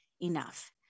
enough